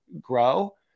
grow